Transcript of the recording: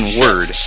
word